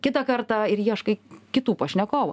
kitą kartą ir ieškai kitų pašnekovų